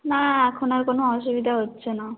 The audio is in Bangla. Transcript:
না এখন আর কোনো অসুবিধা হচ্ছে না